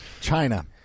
China